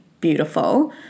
beautiful